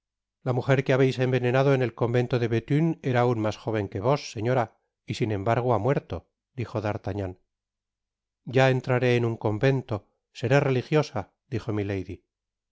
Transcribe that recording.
la mujer que habeis envenenado en el convento de bethune era aun mas jóven que vos señora y sin embargo ha muerto dijo d'artagnan ya entraré en un convento seré religiosa dijo milady